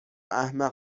احمق